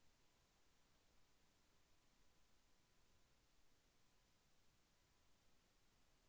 పొలం విలువ గవర్నమెంట్ ప్రకారం ఆరు లక్షలు ఉంటే బ్యాంకు ద్వారా ఎంత లోన్ ఇస్తారు?